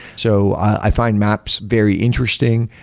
so i find maps very interesting.